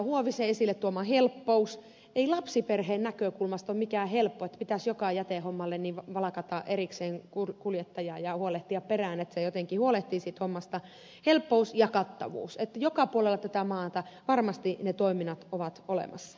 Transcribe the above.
huovisen esille tuoma help pous ei lapsiperheen näkökulmasta ole mitenkään helppoa jos pitäisi joka jätehommalle valkata erikseen kuljettaja ja huolehtia perään että se jotenkin huolehtii siitä hommasta helppous ja kattavuus se että joka puolella tätä maata varmasti ne toiminnat ovat olemassa